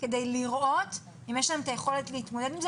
כדי לראות אם יש שם את היכולת להתמודד עם זה